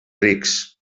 rics